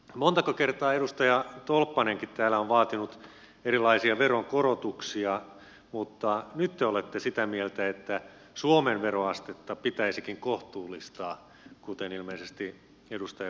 montako kertaa edustaja tolppanenkin täällä on vaatinut erilaisia veronkorotuksia mutta nyt te olette sitä mieltä että suomen veroastetta pitäisikin kohtuullistaa kuten ilmeisesti edustaja pelkonenkin